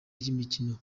ry’imikino